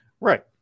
Right